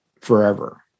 forever